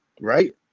Right